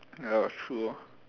ya true lor